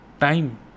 Time